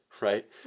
right